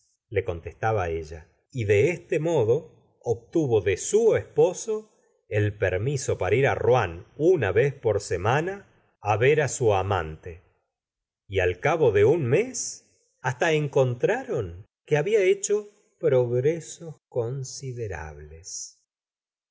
seguidas le con testaba ella y de este modo obtuvo de su esposo el permiso para ir rouen una vez por semana á ver á su amante y al cabo de un me hasta enc ontraron que habia hecho progresos considerables